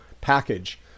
package